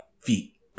feet